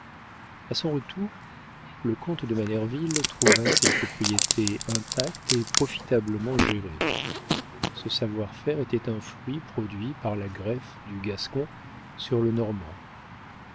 a son retour le comte de manerville trouva ses propriétés intactes et profitablement gérées ce savoir-faire était un fruit produit par la greffe du gascon sur le normand